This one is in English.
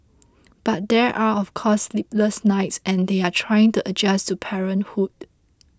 but there are of course sleepless nights and they are trying to adjust to parenthood